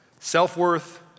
Self-worth